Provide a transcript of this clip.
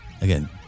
again